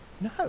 No